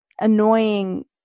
annoying